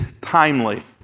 timely